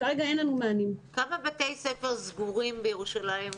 כמה בתי ספר סגורים כרגע בירושלים?